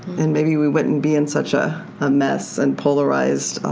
and maybe we wouldn't be in such a ah mess and polarized